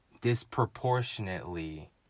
disproportionately